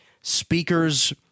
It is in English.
speakers